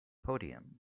podium